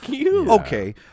okay